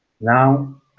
Now